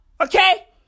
okay